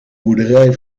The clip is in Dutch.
boerderij